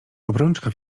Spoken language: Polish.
obrączka